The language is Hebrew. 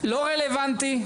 לא רלוונטי.